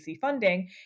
funding